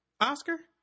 Oscar